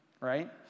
right